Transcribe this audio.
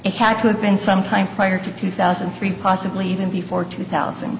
it had to have been sometime prior to two thousand and three possibly even before two thousand